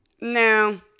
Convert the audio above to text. No